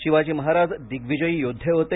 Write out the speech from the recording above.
शिवाजी महाराज दिश्विजयी योद्वे होते